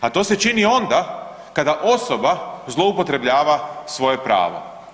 A to se čini onda kada osoba zloupotrebljava svoje pravo.